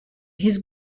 his